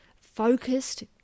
focused